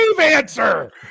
answer